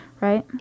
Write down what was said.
right